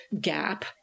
gap